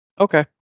Okay